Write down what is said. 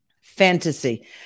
fantasy